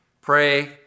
Pray